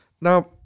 Now